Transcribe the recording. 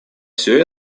все